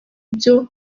byo